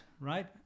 right